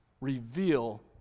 reveal